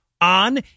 on